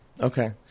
Okay